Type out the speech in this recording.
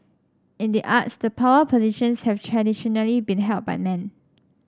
in the arts the power positions have traditionally been held by men